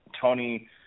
Tony